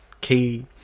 key